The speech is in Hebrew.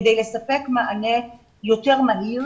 כדי לספק מענה יותר מהיר,